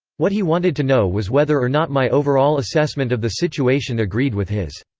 what he wanted to know was whether or not my overall assessment of the situation agreed with his.